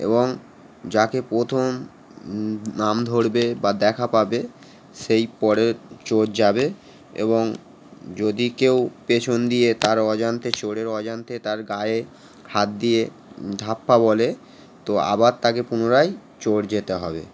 এবং যাকে প্রথম নাম ধরবে বা দেখা পাবে সেই পরে চোর যাবে এবং যদি কেউ পেছন দিয়ে তার অজান্তে চোরের অজান্তে তার গায়ে হাত দিয়ে ধাপ্পা বলে তো আবার তাকে পুনরায় চোর যেতে হবে